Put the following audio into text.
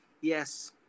yes